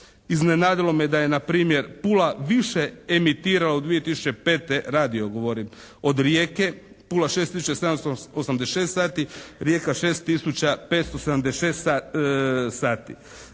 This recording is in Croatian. Iznenadilo me na primjer da je Pula više emitirala od 2005., radio govorim, od Rijeke. Pula 6 tisuća 786 sati, Rijeka 6 tisuća 576 sati.